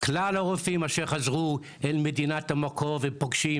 כלל הרופאים אשר חזרו אל מדינת המקור ופוגשים